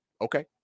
Okay